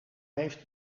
heeft